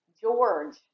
George